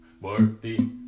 worthy